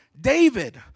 David